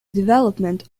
development